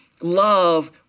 love